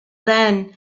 then